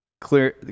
clear